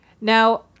Now